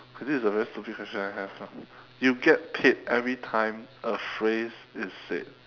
this is a very stupid question I have now you get paid every time a phrase is said